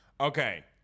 Okay